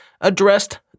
addressed